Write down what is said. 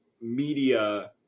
media